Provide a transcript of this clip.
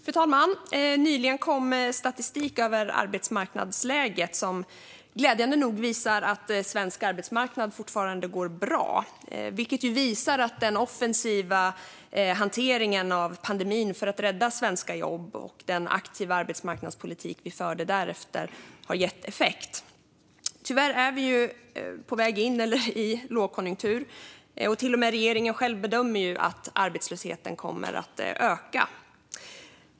Fru talman! Nyligen kom statistik över arbetsmarknadsläget, som glädjande nog visar att svensk arbetsmarknad fortfarande går bra. Det visar att den offensiva hanteringen av pandemin för att rädda svenska jobb och den aktiva arbetsmarknadspolitik vi förde därefter har gett effekt. Tyvärr är vi på väg in i en lågkonjunktur, och till och med regeringen själv bedömer att arbetslösheten kommer att öka.